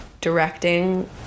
directing